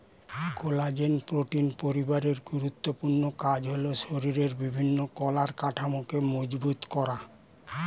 collagen protein পরিবারের গুরুত্বপূর্ণ কাজ হলো শরীরের বিভিন্ন কলার কাঠামোকে মজবুত করা